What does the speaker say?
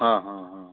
ಹಾಂ ಹಾಂ ಹಾಂ